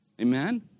Amen